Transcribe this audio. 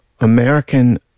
American